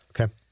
Okay